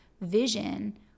vision